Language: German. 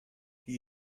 die